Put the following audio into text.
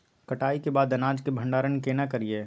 कटाई के बाद अनाज के भंडारण केना करियै?